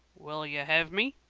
will yeh hev me?